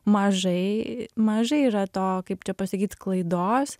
mažai mažai yra to kaip čia pasakyt klaidos